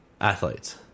athletes